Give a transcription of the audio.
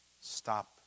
Stop